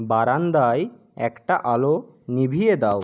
বারান্দায় একটা আলো নিভিয়ে দাও